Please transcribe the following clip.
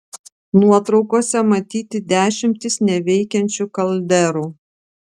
nuotraukose matyti dešimtys neveikiančių kalderų